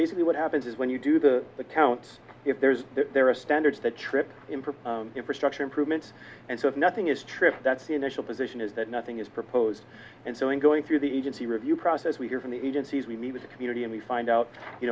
basically what happens is when you do the accounts if there's there are standards that trip infrastructure improvements and so if nothing is stripped that's the initial position is that nothing is proposed and so i'm going through the even see review process we hear from the agencies we meet with the community and we find out you